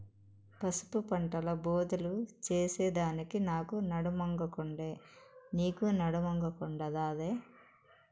పసుపు పంటల బోదెలు చేసెదానికి నాకు నడుమొంగకుండే, నీకూ నడుమొంగకుండాదే